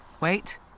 Wait